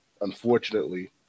unfortunately